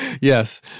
Yes